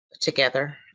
together